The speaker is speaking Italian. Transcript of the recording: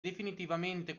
definitivamente